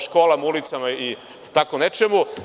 školama, ulicama i tako nečemu.